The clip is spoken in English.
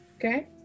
Okay